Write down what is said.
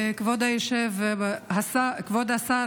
כבוד השר,